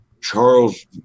Charles